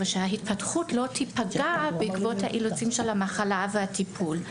ושההתפתחות לא תיפגע בעקבות האילוצים של המחלה והטיפול.